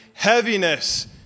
heaviness